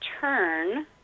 turn